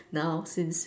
now since